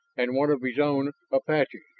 and one of his own apaches